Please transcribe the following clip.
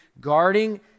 Guarding